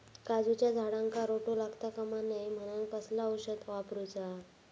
काजूच्या झाडांका रोटो लागता कमा नये म्हनान कसला औषध वापरूचा?